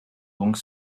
donc